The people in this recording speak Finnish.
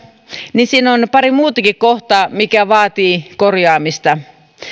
niin siinä on on pari muutakin kohtaa mitkä vaativat korjaamista